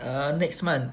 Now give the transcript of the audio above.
um next month